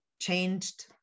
changed